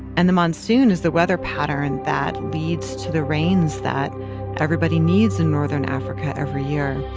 and the monsoon is the weather pattern that leads to the rains that everybody needs in northern africa every year.